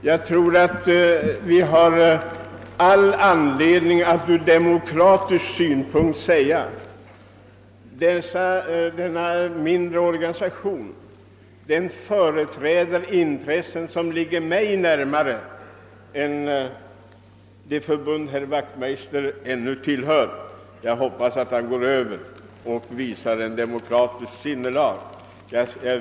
Jag tror att jag ur demokratisk synvinkel har all anledning att säga: Denna mindre organisation företräder intressen som ligger mig mycket närmare än det förbund herr Wachtmeister ännu tillhör. Jag hoppas att han går över från det förbundet och därmed visar ett demokratiskt sinnelag.